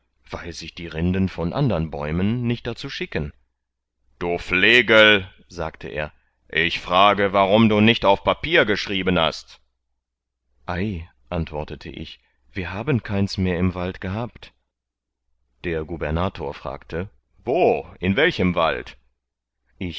weil sich die rinden von andern bäumen nicht darzu schicken du flegel sagte er ich frage warumb du nicht auf papier geschrieben hast ei antwortete ich wir haben keins mehr im wald gehabt der gubernator fragte wo in welchem wald